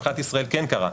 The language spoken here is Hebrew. מבחינת ישראל כן קרא,